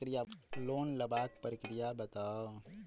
Loan लेबाक प्रक्रिया बताऊ?